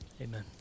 amen